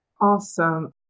Awesome